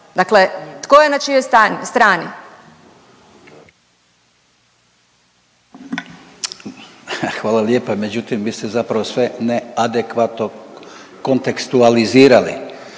Radman, Gordan (HDZ)** Hvala lijepa. Međutim, vi ste zapravo sve neadekvatno kontekstualizirali,